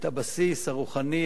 את הבסיס הרוחני,